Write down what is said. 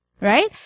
right